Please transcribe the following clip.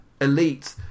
elite